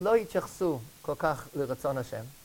לא יתייחסו כל כך לרצון השם.